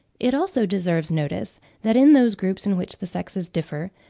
it also deserves notice that in those groups in which the sexes differ,